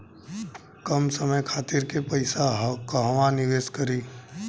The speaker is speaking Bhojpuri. कम समय खातिर के पैसा कहवा निवेश करि?